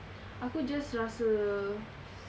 aku just rasa